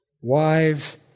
Wives